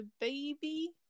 baby